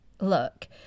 look